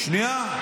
שנייה.